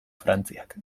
frantziak